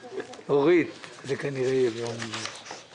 אורית, זה כנראה יהיה ביום רביעי,